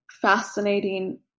Fascinating